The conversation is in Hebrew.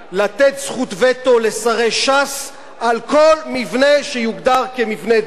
לתת זכות וטו לשרי ש"ס על כל מבנה שיוגדר כמבנה דת.